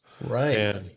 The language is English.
Right